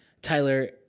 Tyler